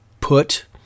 put